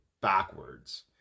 backwards